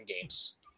games